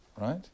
right